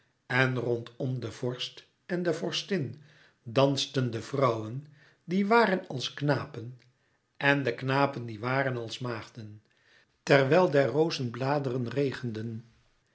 en rondom de vorst en de vorstin dansten de vrouwen die waren als knapen en de knapen die waren als maagden terwijl der rozen bladeren regenden